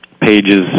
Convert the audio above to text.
pages